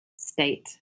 state